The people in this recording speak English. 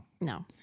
No